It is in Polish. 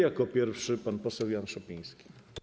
Jako pierwszy pan poseł Jan Szopiński.